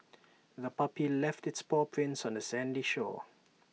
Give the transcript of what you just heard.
the puppy left its paw prints on the sandy shore